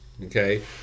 Okay